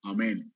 Amen